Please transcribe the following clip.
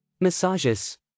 Massages